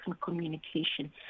communication